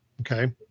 Okay